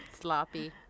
Sloppy